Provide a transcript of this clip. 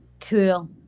cool